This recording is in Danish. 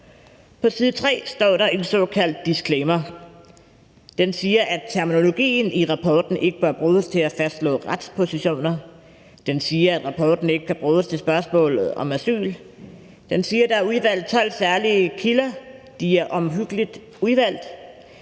På side 3 står der en såkaldt disclaimer. Den siger, at terminologien i rapporten ikke bør bruges til at fastslå retspositioner, den siger, at rapporten ikke kan bruges til spørgsmålet om asyl, og den siger, at der er udvalgt 12 særlige kilder, og de er omhyggeligt udvalgt.